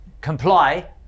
comply